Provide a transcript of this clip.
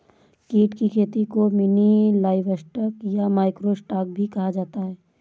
कीट की खेती को मिनी लाइवस्टॉक या माइक्रो स्टॉक भी कहा जाता है